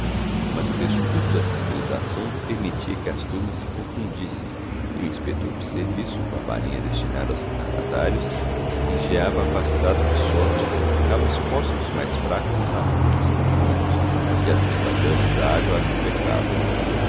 mas o descuido da fiscalização permitia que as turmas se confundissem e o inspetor de serviço com a varinha destinada aos retardatários vigiava afastado de sorte que ficavam expostos os mais fracos aos abusos dos marmanjos que as espadanas dágua acobertavam